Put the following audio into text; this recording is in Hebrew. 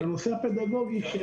בנושא הפדגוגי,